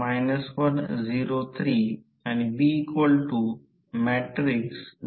आदर्श रोहित्रासाठी व्होल्टेज नियमन 0 असते कारण त्या प्रकरणात V2 0 V2 fl मूल्य समान असते